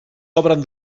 obren